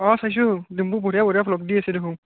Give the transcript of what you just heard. অঁ চাইছোঁ ডিম্পু বঢ়িয়া বঢ়িয়া ব্লগ দি আছে দেখোন